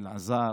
אלעזר